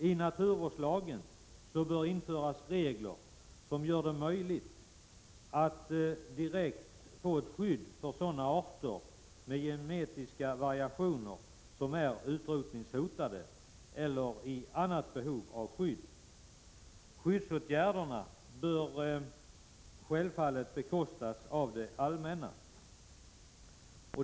I naturvårdslagen bör införas regler som gör det möjligt att direkt få ett skydd för sådana arter med genetiska variationer som är utrotningshotade eller av andra skäl i behov av skydd. Skyddsåtgärderna bör självfallet bekostas av det allmänna.